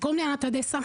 קוראים לי ענת טדסה.